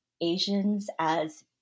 Asians—as